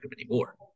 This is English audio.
anymore